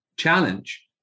Challenge